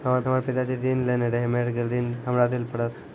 हमर पिताजी ऋण लेने रहे मेर गेल ऋण हमरा देल पड़त?